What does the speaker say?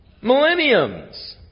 millenniums